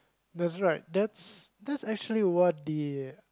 that's right that's that's actually what the